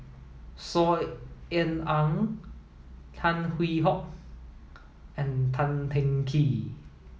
Saw Ean Ang Tan Hwee Hock and Tan Teng Kee